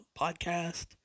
podcast